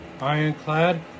Ironclad